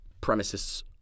premises